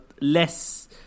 less